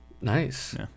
Nice